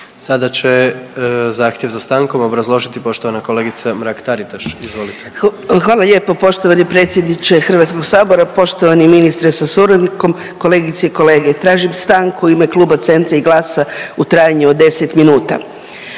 Sada će zahtjev za stankom obrazložiti poštovana kolegica Mrak Taritaš. Izvolite. **Mrak-Taritaš, Anka (GLAS)** Hvala lijepo poštovani predsjedniče Hrvatskoga sabora. Poštovani ministre sa suradnikom, kolegice i kolege. Tražim stranku u ime Kluba Centra i GLAS-a u trajanju od 10 minuta.